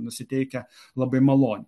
nusiteikę labai maloniai